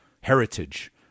heritage